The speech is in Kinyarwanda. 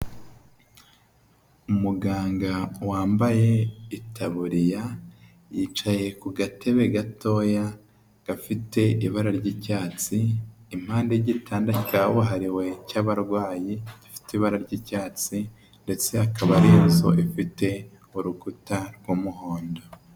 Umuganga wambaye itaburiya yicaye ku gatebe gatoya gafite ibara ry'icyatsi, impande y'igitanda cyabuhariwe cy'abarwayi gifite ibara ry'icyatsi ndetse akaba ari inzu ifite urukuta rw'umuhondo.